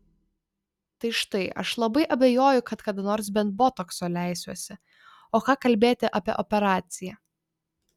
tai štai aš labai abejoju kad kada nors bent botokso leisiuosi o ką kalbėti apie operaciją